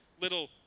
little